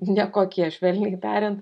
nekokie švelniai tariant